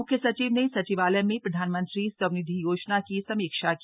म्ख्य सचिव ने सचिवालय में प्रधानमंत्री स्वनिधि योजना की समीक्षा की